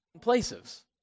places